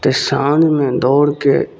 फेर साँझमे दौड़के